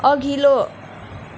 अघिल्लो